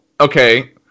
okay